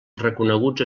reconeguts